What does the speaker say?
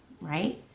right